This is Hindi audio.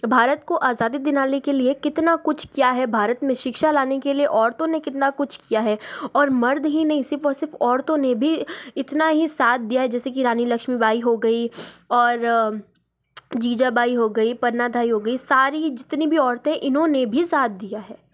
भारत को आज़ादी दिलाने के लिए कितना कुछ किया है भारत में शिक्षा लाने के लिए औरतों ने कितना कुछ किया है और मर्द ही नहीं सिर्फ और सिर्फ औरतों ने भी इतना ही साथ दिया है जैसे की रानी लक्ष्मीबाई हो गई और जीजाबाई हो गई पन्नाधाय हो गई सारी जितनी भी औरतें इन्होंने भी साथ दिया है